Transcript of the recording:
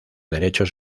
derechos